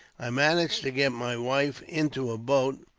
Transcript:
i managed to get my wife into a boat,